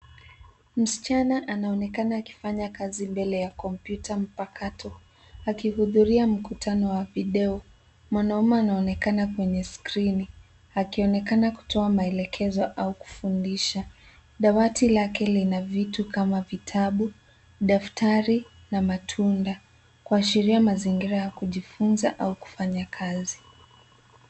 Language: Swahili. Msichana anaonekana akifanya kazi mbele ya kompyuta mpakato akihudhuria mkutano wa video. Mwanaume anaonekana kwenye skirini akionekana akitoa maelekezo au kufundisha. Dawati lake lina vitu kama vitabu, daftari na matunda kuashiria mazingira ya kujifunza au kufanya kazi.